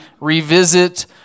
revisit